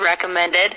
recommended